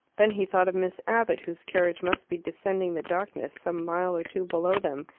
then he thought of miss abbott, whose carriage must be descending the darkness some mile or two below them,